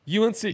UNC